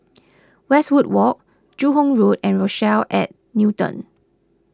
Westwood Walk Joo Hong Road and Rochelle at Newton